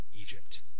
Egypt